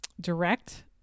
direct